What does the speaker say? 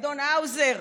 אדון האוזר,